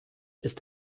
ist